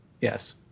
Yes